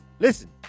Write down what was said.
listen